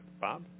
Bob